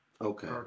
Okay